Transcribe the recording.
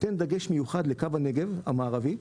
לקו הנגב המערבי,